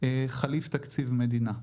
- חליף תקציב מדינה.